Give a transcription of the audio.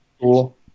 cool